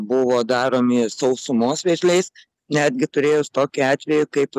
buvo daromi sausumos vėžliais netgi turėjus tokį atvejį kaip